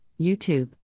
YouTube